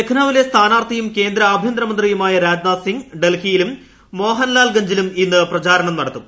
ലക്നൌവീലെ സ്ഥാനാർത്ഥിയും കേന്ദ്ര ആഭ്യന്തരമന്ത്രിയുമായ രാജ്നൂറ്റ് സിങ്ങ് ഡൽഹിയിലും മോഹൻ ലാൽഗഞ്ചിലും ഇന്ന് പ്രച്ചര്യം നടത്തും